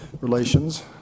Relations